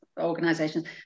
organizations